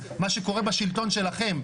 מה שקורה בשלטון שלכם,